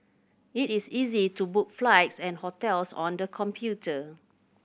it is easy to book flights and hotels on the computer